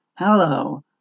Hello